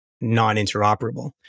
non-interoperable